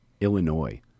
Illinois